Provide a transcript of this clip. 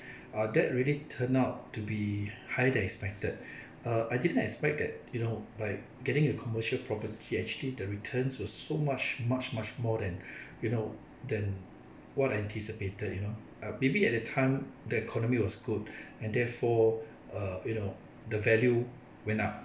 uh that really turn out to be higher than expected err I didn't expect that you know by getting a commercial property actually the returns were so much much much more than you know than what I anticipated you know uh maybe at that time the economy was good and therefore uh you know the value went up